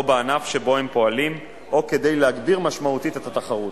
בענף שבו הם פועלים או כדי להגביר משמעותית את התחרות.